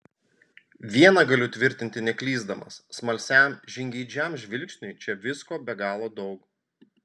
viena galiu tvirtinti neklysdamas smalsiam žingeidžiam žvilgsniui čia visko be galo daug